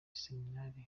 iseminari